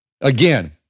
again